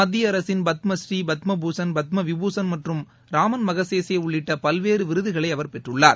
மத்திய அரசின் பத்மழீ பத்ம பூஷன் பத்ம விபூஷன் மற்றும் மகசேசே உள்ளிட்ட பல்வேறு விருதுகளை அவர் பெற்றுள்ளார்